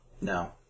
No